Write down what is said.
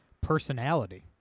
personality